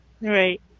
Right